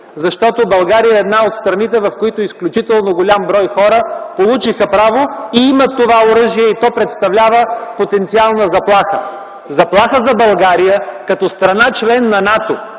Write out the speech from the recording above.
оръжие. България е една от страните, в които изключително голям брой хора получиха право, имат това оръжие и то представлява потенциална заплаха – заплаха за България като страна – член на НАТО,